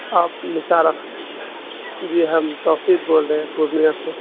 آپ نثار جی ہم توفیق بول رہے ہیں پورنیہ سے